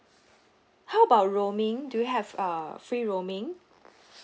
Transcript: how about roaming do you have uh free roaming